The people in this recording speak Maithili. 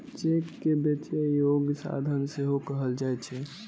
चेक कें बेचै योग्य साधन सेहो कहल जाइ छै